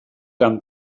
gan